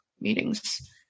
meetings